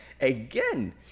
again